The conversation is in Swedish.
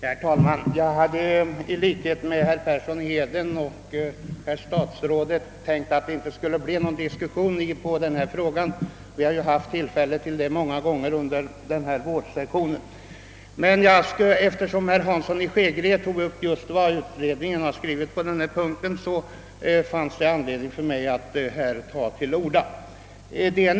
Herr talman! Jag trodde i likhet med herr Persson i Heden och herr statsrådet att det inte skulle behöva bli någon diskussion i denna fråga — vi har ju haft tillfälle att dryfta den många gånger under innevarande vårsession. Men eftersom herr Hansson i Skegrie tog upp vad utredningen skrivit på denna punkt finns det anledning för mig att ta till orda.